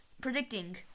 predicting